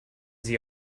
sie